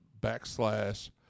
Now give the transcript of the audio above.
backslash